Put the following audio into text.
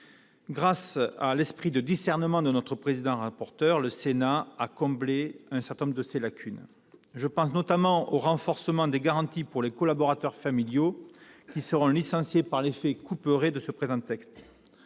grâce à l'esprit de discernement de notre président et rapporteur, le Sénat a comblé un certain nombre de lacunes. Je pense notamment au renforcement des garanties pour les collaborateurs familiaux qui seront licenciés par l'effet « couperet » du présent texte.